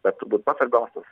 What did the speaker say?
bet turbūt pats svarbiausias